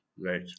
right